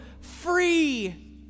free